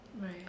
right